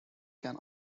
can